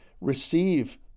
receive